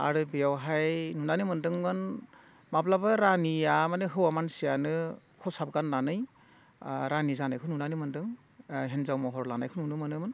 आरो बेयावहाय नुनानै मोनदोंमोन माब्लाबा रानिया माने हौवा मानसियानो खसाब गाननानै रानि जानायखौ नुनानै मोनदों हिनजाव महर लानायखौ नुनो मोनोमोन